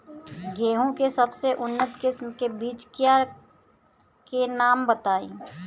गेहूं के सबसे उन्नत किस्म के बिज के नाम बताई?